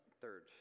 Third